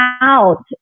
out